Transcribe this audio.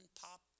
pop